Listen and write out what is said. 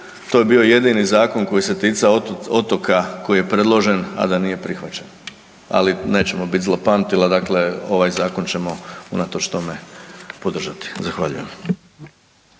to je bio jedini zakon koji se ticao otoka koji je predložen, a da nije prihvaćen, ali nećemo biti zlopamtila, dakle ovaj zakon ćemo unatoč tome podržati. Zahvaljujem.